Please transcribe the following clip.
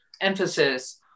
emphasis